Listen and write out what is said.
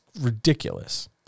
ridiculous